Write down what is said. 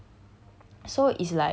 three A_U